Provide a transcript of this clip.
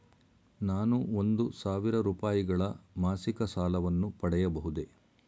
ನಾನು ಒಂದು ಸಾವಿರ ರೂಪಾಯಿಗಳ ಮಾಸಿಕ ಸಾಲವನ್ನು ಪಡೆಯಬಹುದೇ?